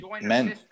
men